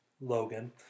logan